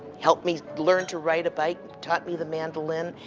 helped me learn to ride a bike, taught me the mandolin.